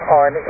on